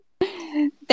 Thank